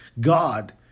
God